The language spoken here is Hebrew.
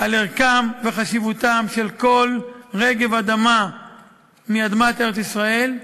על ערכו וחשיבותו של כל רגב אדמה מאדמת ארץ-ישראל,